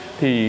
Thì